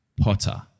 potter